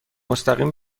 مستقیم